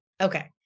Okay